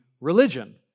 religion